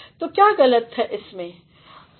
तो क्या गलत है यहाँ